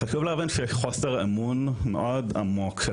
חשוב להבין שיש חוסר אמון מאוד עמוק של